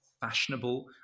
fashionable